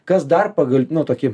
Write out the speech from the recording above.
kas dar pagal nu tokį